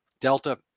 delta